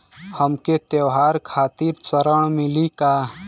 हमके त्योहार खातिर ऋण मिली का?